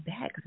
Back